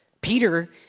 Peter